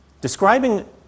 describing